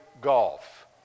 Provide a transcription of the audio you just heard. golf